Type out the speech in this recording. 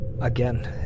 Again